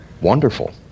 wonderful